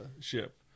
ship